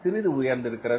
சிறிது உயர்ந்திருக்கிறது